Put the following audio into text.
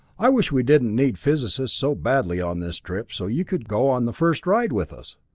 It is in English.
i wish we didn't need physicists so badly on this trip, so you could go on the first ride with us.